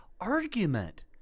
argument